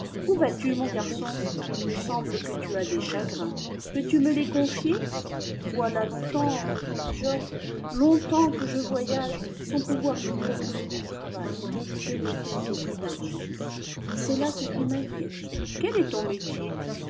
où vas-tu mon garçon tl me semlrte que tu as des chagrins peux-tu me les confier voilà longtemps répondit georges longtemps que je voyage sans pouvoir me procurer du travail je n'ai bientôt plus d'argent c'est là ce qui m'in juicte quel est ton métier